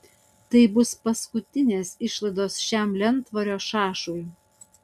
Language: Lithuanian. tai bus paskutinės išlaidos šiam lentvario šašui